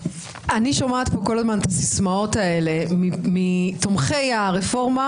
אני שומעת פה כל הזמן את הסיסמאות האלה מתומכי הרפורמה,